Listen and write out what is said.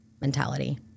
mentality